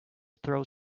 throws